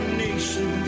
nation